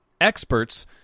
experts